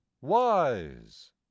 wise